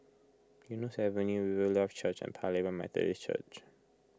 Eunos Avenue Riverlife Church and Paya Lebar Methodist Church